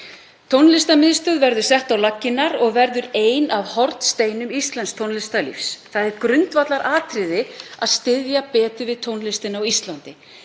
Tónlistarmiðstöð verður sett á laggirnar og verður ein af hornsteinum íslensks tónlistarlífs. Það er grundvallaratriði að styðja betur við tónlistina á Íslandi.